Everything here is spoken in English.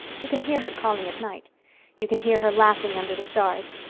you can hear her calling at night you can hear her laughing under the stars.